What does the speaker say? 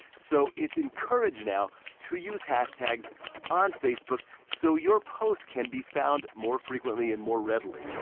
so it's encouraged now to use hashtags on facebook, so your posts can be found more frequently and more readily.